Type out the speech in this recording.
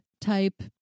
type